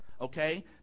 okay